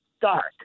dark